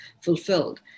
fulfilled